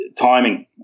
timing